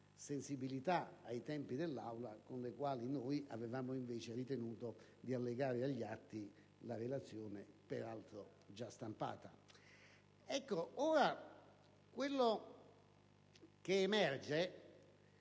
sensibilità ai tempi dell'Aula in funzione della quale noi avevamo invece ritenuto di allegare agli atti la relazione, peraltro già stampata. Ora, quello che emerge